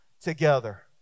together